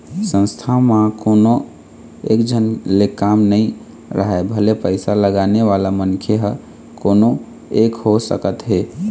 संस्था म कोनो एकझन ले काम नइ राहय भले पइसा लगाने वाला मनखे ह कोनो एक हो सकत हे